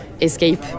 escape